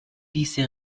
diese